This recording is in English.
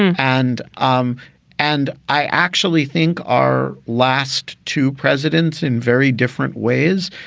and um and i actually think our last two presidents in very different ways.